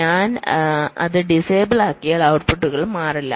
ഞാൻ അത് ഡിസേബിൾ ആക്കിയാൽ ഔട്ട്പുട്ടുകൾ മാറില്ല